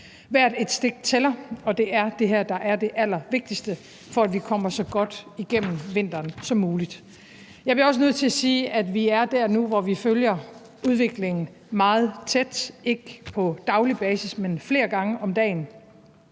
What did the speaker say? Hvert stik tæller, og det er dét her, der er det allervigtigste, for at vi kommer så godt igennem vinteren som muligt. Jeg bliver også nødt til at sige, at vi er dér nu, hvor vi følger udviklingen meget tæt, ikke på daglig basis, men flere gange om dagen,